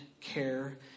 care